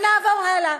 ונעבור הלאה: